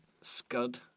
Scud